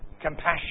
Compassion